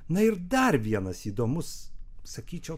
na ir dar vienas įdomus sakyčiau